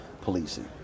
policing